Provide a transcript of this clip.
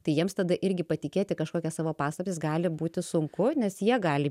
tai jiems tada irgi patikėti kažkokias savo paslaptis gali būti sunku nes jie gali